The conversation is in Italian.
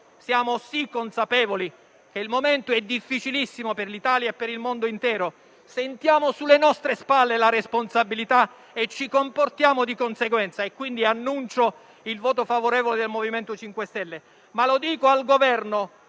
Siamo, sì, consapevoli che il momento è difficilissimo per l'Italia e per il mondo intero, sentiamo sulle nostre spalle la responsabilità e ci comportiamo di conseguenza, quindi annuncio il voto favorevole del MoVimento 5 Stelle. Dico però al Governo